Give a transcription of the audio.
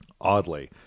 Oddly